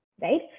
right